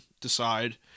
Decide